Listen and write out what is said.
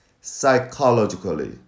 psychologically